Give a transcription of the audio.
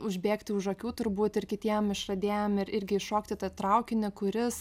užbėgti už akių turbūt ir kitiem išradėjam ir irgi įšokt į tą traukinį kuris